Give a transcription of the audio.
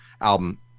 album